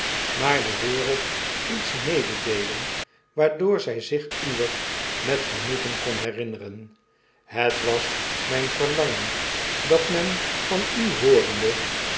maar de wereld iets mededeelen waardoor zy zich uwer met genoegen kon herinneren het was mjjn verlangen dat men van u hoorende